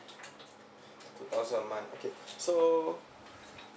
two thousand a month okay so